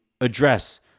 address